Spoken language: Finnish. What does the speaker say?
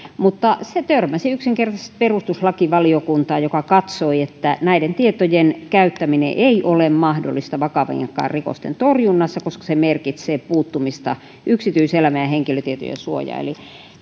mutta se törmäsi yksinkertaisesti perustuslakivaliokuntaan joka katsoi että näiden tietojen käyttäminen ei ole mahdollista vakavienkaan rikosten torjunnassa koska se merkitsee puuttumista yksityiselämän ja henkilötietojen suojaan eli